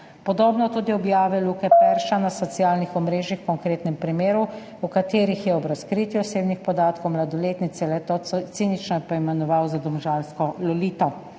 Podobno tudi objave Luke Perša na socialnih omrežjih v konkretnem primeru, v katerih je ob razkritju osebnih podatkov mladoletnice le-to cinično poimenoval za domžalsko lolito.